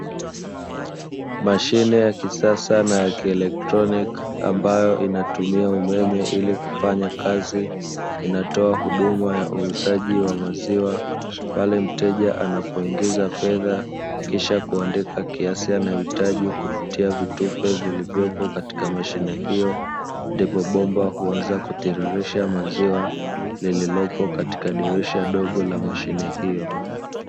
Mashine ya kisasa na ya kielectronic ambayo inatumia umeme ili kufanya kazi inatoa huduma ya uuzaji wa maziwa, pale mteja anapoingiza fedha kisha kuandika kiasi anayohitaji kupitia vitufe vilichopo katika mashine hiyo, ndipo bomba uanza kutitirisha maziwa lililopo katika dirisha dogo la mashine hiyo.